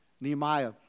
Nehemiah